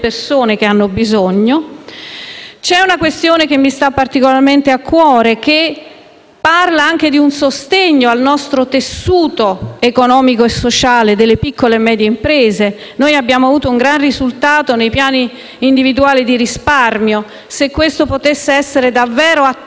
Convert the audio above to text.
persone che hanno bisogno. C'è una questione che mi sta particolarmente a cuore, che parla di un sostegno al tessuto economico e sociale delle piccole e medie imprese. Abbiamo avuto un grande risultato con i piani individuali di risparmio: auspico che ciò possa essere davvero